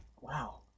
wow